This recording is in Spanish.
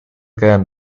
quedan